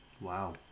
wow